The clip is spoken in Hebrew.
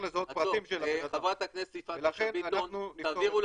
לזהות פרטים של הבן אדם ולכן אנחנו --- עצור,